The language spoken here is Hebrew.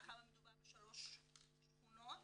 מאחר ומדובר בשלוש שכונות,